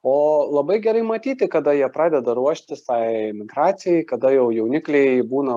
o labai gerai matyti kada jie pradeda ruoštis tai migracijai kada jau jaunikliai būna